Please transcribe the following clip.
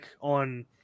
on